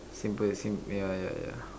simple seem ya ya ya ya